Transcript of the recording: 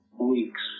weeks